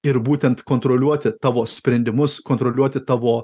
ir būtent kontroliuoti tavo sprendimus kontroliuoti tavo